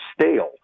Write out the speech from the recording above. stale